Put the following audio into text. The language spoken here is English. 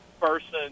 person